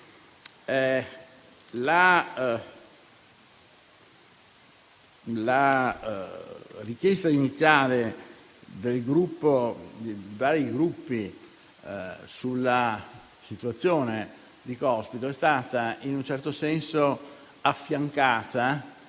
La richiesta iniziale di vari Gruppi sulla situazione di Cospito è stata in un certo senso affiancata